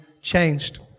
changed